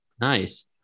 Nice